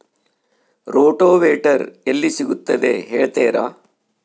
Rotavator ಎಲ್ಲಿ ಸಿಗುತ್ತದೆ ಹೇಳ್ತೇರಾ?